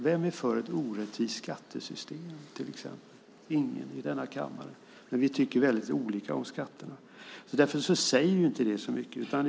Vem är till exempel för ett orättvist skattesystem? Ingen i denna kammare. Men vi tycker olika om skatter. Därför säger det inte så mycket.